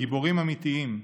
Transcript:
גיבורים אמיתיים.